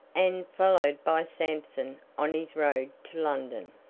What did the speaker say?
and, followed by sampson, on his road to london.